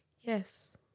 Yes